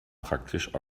praktisch